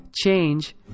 change